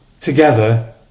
Together